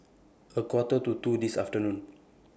A Quarter to two This afternoon